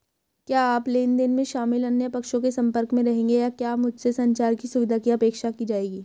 क्या आप लेन देन में शामिल अन्य पक्षों के संपर्क में रहेंगे या क्या मुझसे संचार की सुविधा की अपेक्षा की जाएगी?